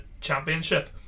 championship